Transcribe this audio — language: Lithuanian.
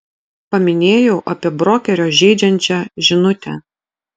paminėjau apie brokerio žeidžiančią žinutę